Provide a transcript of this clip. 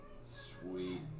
Sweet